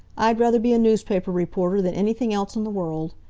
i'd rather be a newspaper reporter than anything else in the world.